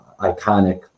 iconic